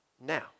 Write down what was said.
now